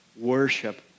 worship